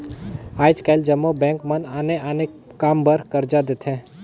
आएज काएल जम्मो बेंक मन आने आने काम बर करजा देथे